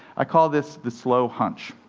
i call this the slow hunch.